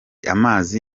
amazi